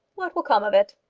what will come of it?